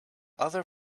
other